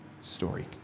story